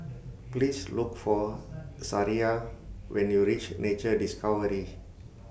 Please Look For Sariah when YOU REACH Nature Discovery